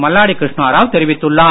மல்லாடி கிருஷ்ணா ராவ் தெரிவித்துள்ளார்